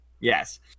Yes